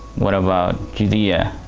what about judea?